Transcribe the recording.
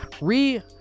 re